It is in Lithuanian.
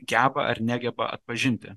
geba ar negeba atpažinti